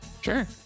Sure